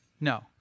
No